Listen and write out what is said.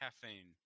Caffeine